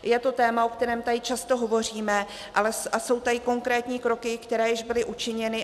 Je to téma, o kterém tady často hovoříme, a jsou tady konkrétní kroky, které již byly učiněny.